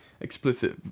explicit